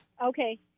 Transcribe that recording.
Okay